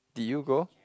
did you go